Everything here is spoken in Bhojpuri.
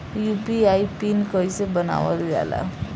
यू.पी.आई पिन कइसे बनावल जाला?